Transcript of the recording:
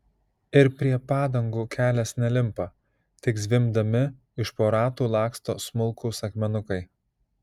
ir prie padangų kelias nelimpa tik zvimbdami iš po ratų laksto smulkūs akmenukai